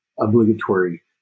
obligatory